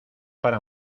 para